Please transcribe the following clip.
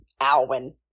Alwyn